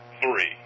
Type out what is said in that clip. three